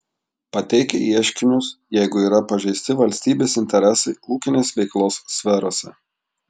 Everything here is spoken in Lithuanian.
pateikia ieškinius jeigu yra pažeisti valstybės interesai ūkinės veiklos sferose